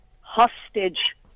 hostage